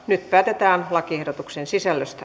nyt päätetään lakiehdotuksen sisällöstä